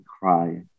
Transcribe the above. cry